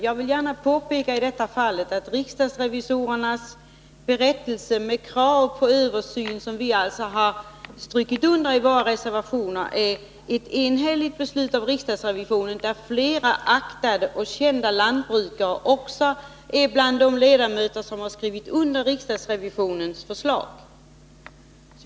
Jag vill gärna påpeka att bakom riksdagsrevisorernas berättelse med krav på en sådan översyn som vi har strukit under i våra reservationer, i detta fall ligger ett enhälligt beslut från riksdagsrevisionen, där också flera aktade och kända lantbrukare finns med bland de ledamöter som skrivit under riksdagsrevisionens förslag.